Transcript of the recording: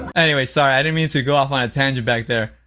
anyway, sorry, i didn't mean to go off on a tangent back there.